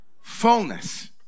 fullness